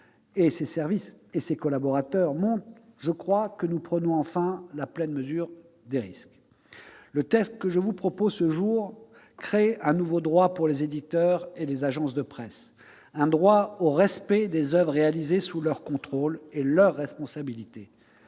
et ses services, montrent, je pense, que nous prenons enfin la pleine mesure des risques. Le texte que je vous propose ce jour crée un nouveau droit pour les éditeurs et les agences de presse, un droit au respect des oeuvres réalisées sous leur contrôle et leur responsabilité.